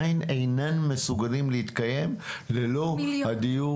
ואז לפנות את אלה שנשארו עם ההורים וסעדו אותם עד יום מותם.